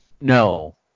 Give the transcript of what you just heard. No